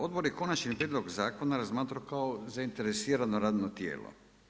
Odbor je Konačni prijedlog zakona razmatrao kao zainteresirano radno tijelo.